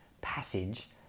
passage